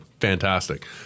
Fantastic